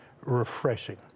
refreshing